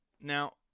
Now